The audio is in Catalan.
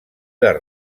les